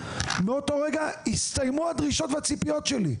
מאותו רגע הסתיימו הדרישות והציפיות שלי.